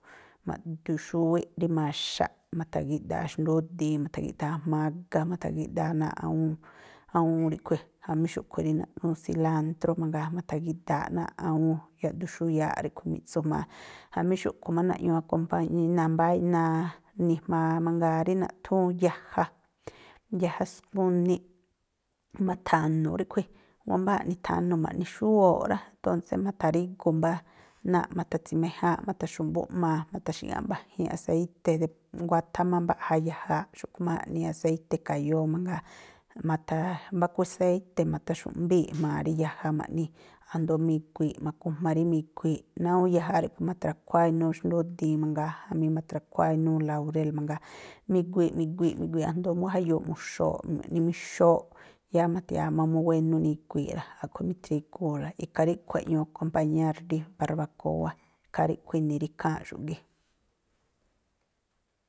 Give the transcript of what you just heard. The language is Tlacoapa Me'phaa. xúwíꞌ rí maxaꞌ, ma̱tha̱gíꞌdaa xndúdii, ma̱tha̱gíꞌdaa mágá ma̱tha̱gíꞌdaa náa̱ꞌ awúún, awúún ríꞌkhui̱, jamí xúꞌkhui̱ rí naꞌthúún silántró mangaa, ma̱tha̱gída̱aꞌ náa̱ꞌ awúún yaꞌdu xúyaaꞌ ríꞌkhui̱, mi̱ꞌtsu jma̱a. Jamí xúꞌkhui̱ má naꞌñuu akompa, ni jma̱a mangaa rí naꞌthúún yaja, yaja skuniꞌ, ma̱tha̱nu̱ ríꞌkhui̱, wámbáa̱ꞌ nithanu̱ ma̱ꞌni xúwooꞌ rá, tóncé ma̱tha̱rígu mbá náa̱ ma̱tha̱tsi̱méjáánꞌ ma̱tha̱xu̱mbúꞌmaa, ma̱tha̱xi̱ñáꞌ mba̱ji̱nꞌ aséi̱te̱, dep nguáthá má mbaꞌja yajaaꞌ, xúꞌkhui̱ má jaꞌnii aséi̱te̱ e̱ka̱yóó mangaa. Ma̱tha̱ mbáku aséi̱te̱ ma̱tha̱xu̱ꞌmbíi̱ꞌ jma̱a rí yaja ma̱ꞌni, a̱jndo̱o mi̱gui̱i̱ꞌ ma̱kujma rí mi̱gui̱i̱ꞌ. Náa̱ꞌ awúún yaja ríꞌkhui̱ ma̱thra̱khuáá inúú xndúdii mangaa, jamí mathra̱khuáá inúú laurél mangaa. Mi̱gui̱i̱ꞌ, mi̱gui̱i̱ꞌ, mi̱gui̱i̱ꞌ a̱jndo̱o nguá jayuuꞌ mu̱xooꞌ ma̱ꞌni mixooꞌ, yáá ma̱thia̱a má mú wénú nigui̱i̱ꞌ rá, a̱ꞌkhui̱ mi̱thrígúu̱la, ikhaa ríꞌkhui̱ eꞌñuu akompañár rí barbakóá, ikhaa ríꞌkhui̱ ini̱ rí ikháa̱nꞌxu̱ꞌ gii̱.